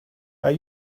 are